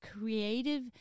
creative